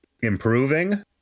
improving